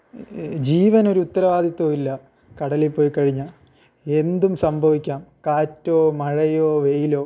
ജീവനൊരു ഉത്തരവാദിത്വമില്ല കടലിൽ പോയിക്കഴിഞ്ഞാൽ എന്തും സംഭവിക്കാം കാറ്റോ മഴയോ വെയിലോ